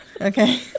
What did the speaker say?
Okay